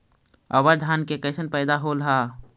अबर धान के कैसन पैदा होल हा?